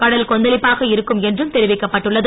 கடல் கொந்தளிப்பாக இருக்கும் என்றும் தெரிவிக்கப்பட்டுள்ளது